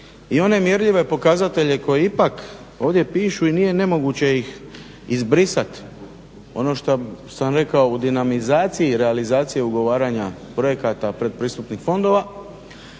i one mjerljive pokazatelje koji ipak ovdje pišu i nije nemoguće iz izbrisati ono što sam rekao u dinamizaciji realizacije ugovaranja projekata pretpristupnih fondova